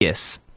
Yes